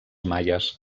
maies